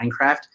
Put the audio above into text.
Minecraft